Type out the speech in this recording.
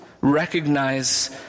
recognize